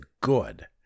good